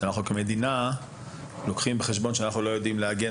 כמדינה אנחנו לוקחים בחשבון שאנחנו לא יודעים להגן